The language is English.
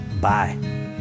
Bye